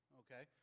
okay